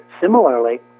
Similarly